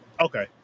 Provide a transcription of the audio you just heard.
Okay